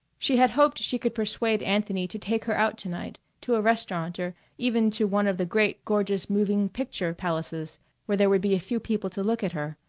she had hoped she could persuade anthony to take her out to-night, to a restaurant or even to one of the great, gorgeous moving picture palaces where there would be a few people to look at her,